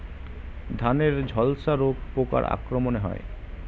ধানের ঝলসা রোগ পোকার আক্রমণে হয়?